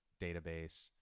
database